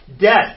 Death